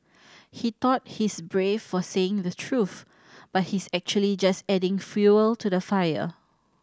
he thought he's brave for saying the truth but he's actually just adding fuel to the fire